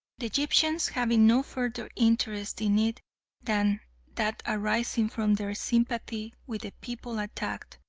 the egyptians having no further interest in it than that arising from their sympathy with the people attacked.